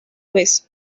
vez